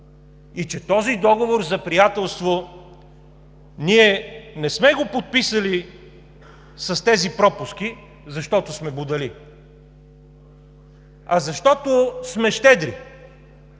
и че този Договор за приятелство ние не сме го подписали с тези пропуски, защото сме будали, а защото сме щедри,